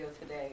today